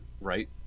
right